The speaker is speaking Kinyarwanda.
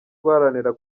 guharanira